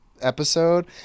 episode